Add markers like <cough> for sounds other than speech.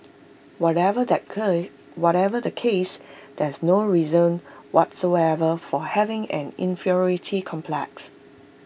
whatever the <unintelligible> whatever the case there's no reason whatsoever for having an inferiority complex